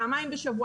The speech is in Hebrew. פעמיים בשבוע.